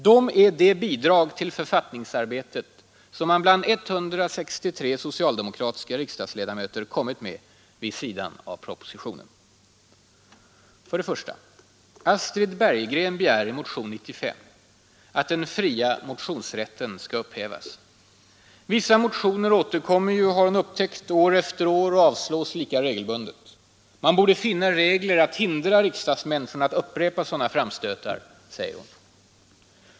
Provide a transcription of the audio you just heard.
De är det bidrag till författningsarbetet som man bland 163 socialdemokratiska riksdagsledamöter kommit med vid sidan av propositionen. r, ett gemensamt krav från flera partier om För det första begär Astrid Bergegren att den fria motionsrätten skall upphävas. Vissa motioner återkommer ju, har hon upptäckt, år efter år och avslås lika regelbundet. Man borde finna regler att hindra riksdagsmän från att upprepa sådana framstötar, säger hon.